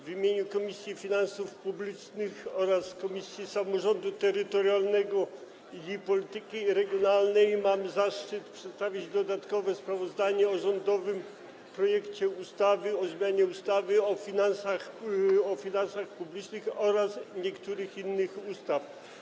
W imieniu Komisji Finansów Publicznych oraz Komisji Samorządu Terytorialnego i Polityki Regionalnej mam zaszczyt przedstawić dodatkowe sprawozdanie o rządowym projekcie ustawy o zmianie ustawy o finansach publicznych oraz niektórych innych ustaw.